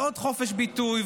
ועוד חופש ביטוי,